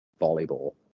volleyball